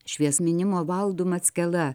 šviesminimo valdu mackela